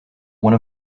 one